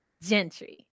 Gentry